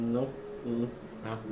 Nope